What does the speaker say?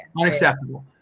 Unacceptable